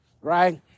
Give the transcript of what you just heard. right